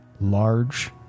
large